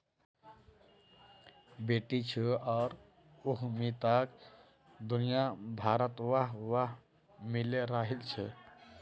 बेटीछुआर उद्यमिताक दुनियाभरत वाह वाह मिले रहिल छे